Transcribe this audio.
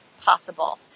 possible